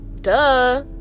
duh